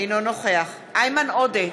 אינו נוכח איימן עודה,